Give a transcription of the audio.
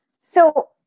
So-